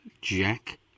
Jack